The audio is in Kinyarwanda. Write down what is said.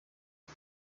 uwo